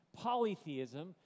polytheism